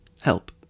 Help